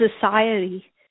society